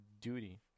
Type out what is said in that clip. duty